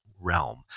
realm